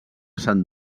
sant